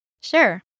Sure